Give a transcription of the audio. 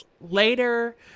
later